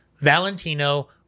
Valentino